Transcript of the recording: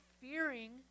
fearing